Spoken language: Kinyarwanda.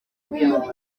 w’igihugu